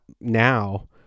now